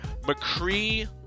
McCree